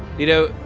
you know,